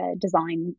design